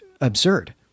absurd